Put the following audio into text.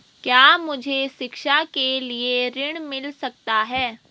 क्या मुझे शिक्षा के लिए ऋण मिल सकता है?